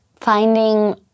finding